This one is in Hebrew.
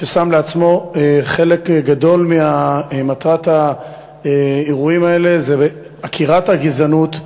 ששם לעצמו חלק גדול ממטרת האירועים האלה זה עקירת הגזענות.